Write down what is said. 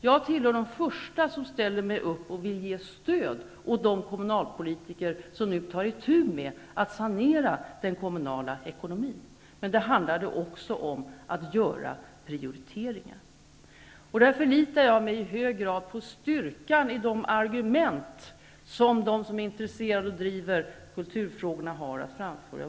Jag tillhör de första som ställer sig upp och vill ge stöd åt de kommunala politiker som nu tar itu med att sanera den kommunala ekonomin. Men då handlar det också om att göra prioriteringar, och där förlitar jag mig i hög grad på styrkan i de argument som de som är intresserade av och som driver kulturfrågorna har att framföra.